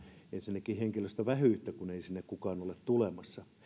ensinnäkin henkilöstövähyyttä kun ei sinne kukaan ole tulossa